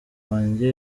wanjye